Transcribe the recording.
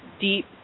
deep